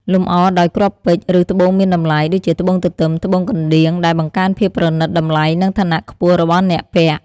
លម្អដោយគ្រាប់ពេជ្រ ឬត្បូងមានតម្លៃ (ដូចជាត្បូងទទឹម ត្បូងកណ្ដៀង) ដែលបង្កើនភាពប្រណីត តម្លៃ និងឋានៈខ្ពស់របស់អ្នកពាក់។